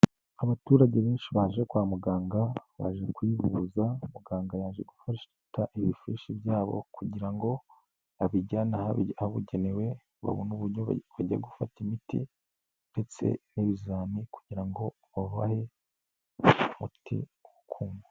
Abaturage benshi baje kwa muganga, baje kuyihuza, muganga yaje gufata ibifishi byabo kugira ngo abijyane ahabugenewe, babone uburyo bajya gufata imiti ndetse n'ibizami kugira ngo babahe umuti wo kunywa.